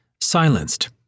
silenced